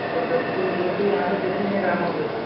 ये तो यहाँ पे देख नहीं रहा मुझे